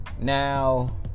now